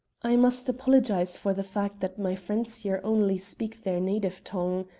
i must apologize for the fact that my friends here only speak their native tongue.